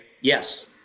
yes